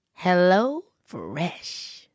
HelloFresh